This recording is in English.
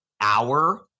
hour